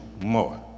more